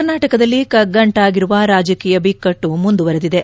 ಕರ್ನಾಟಕದಲ್ಲಿ ಕಗ್ಗಂಟಾಗಿರುವ ರಾಜಿಕೀಯ ಬಿಕ್ಕಟ್ಟು ಮುಂದುವರೆದಿದೆ